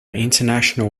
international